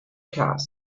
cast